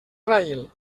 raïl